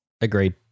Agreed